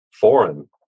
foreign